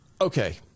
okay